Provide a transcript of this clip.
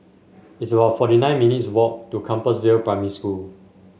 it's about forty nine minutes' walk to Compassvale Primary School